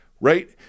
right